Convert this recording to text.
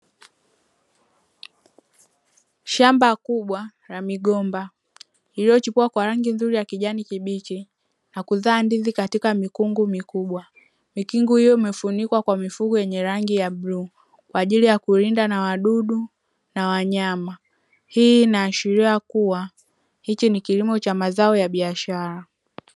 Shamba kubwa la migomba iliyochipua kwa rangi ya kijani kibichi na kuzaa ndizi katika mikungu mikubwa. Mikungu hiyo imefunikwa kwa mifuko yenye rangi ya bluu kwa ajili ya kulinda wadudu na wanyama. Hii inaashiria kuwa hiki ni kilimo cha mazao ya biashara.